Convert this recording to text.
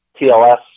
TLS